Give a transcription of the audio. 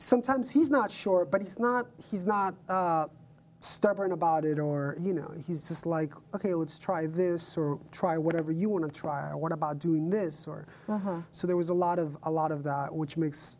sometimes he's not sure but it's not he's not stubborn about it or you know he's just like ok let's try this or try whatever you want to try or what about doing this or so there was a lot of a lot of that which makes